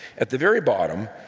at the very bottom,